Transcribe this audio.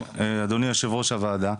אדוני יושב ראש הוועדה,